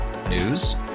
News